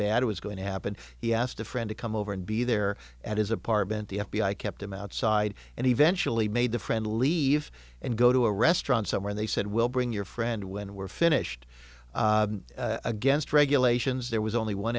bad was going to happen he asked a friend to come over and be there at his apartment the f b i kept him outside and eventually made the friend leave and go to a restaurant somewhere they said we'll bring your friend when we're finished against regulations there was only one